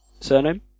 Surname